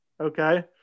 Okay